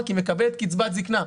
כי היא מקבלת קצבת זקנה.